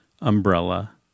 umbrella